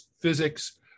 physics